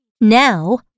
Now